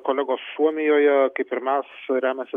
kolegos suomijoje kaip ir mes remiasi